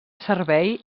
servei